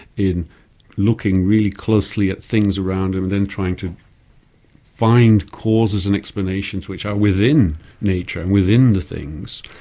in looking really closely at things around and then trying to find causes and explanations which are within nature, and within the things.